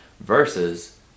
versus